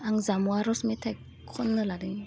आं जामु आर'ज मेथाइ खन्नो लादों